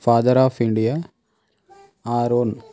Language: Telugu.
father of India Arun